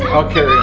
okay.